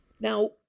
Now